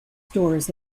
stores